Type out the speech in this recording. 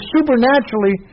Supernaturally